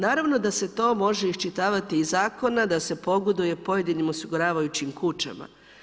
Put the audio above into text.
Naravno da se to može iščitavati iz zakona da se pogoduje pojedinim osiguravajućim kućama.